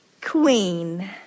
Queen